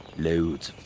loads